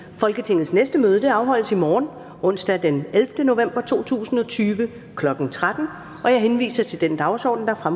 Folketingets næste møde afholdes i morgen, onsdag den 11. november 2020, kl. 13.00. Jeg henviser til den dagsorden, der fremgår